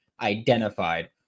identified